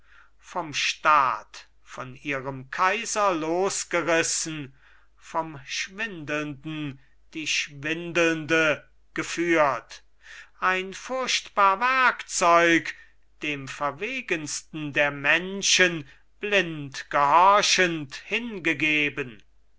vom staat von ihrem kaiser losgerissen vom schwindelnden die schwindelnde geführt ein furchtbar werkzeug dem verwegensten der menschen blind gehorchend hingegeben